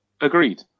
Agreed